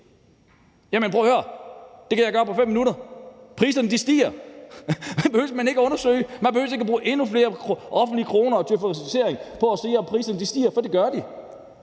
Jamen prøv at høre: Det kan jeg gøre på 5 minutter. Priserne stiger. Det behøver man ikke at undersøge, man behøver ikke at bruge endnu flere offentlige kroner på intensivering for at se, om priserne stiger, for det gør de.